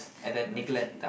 okay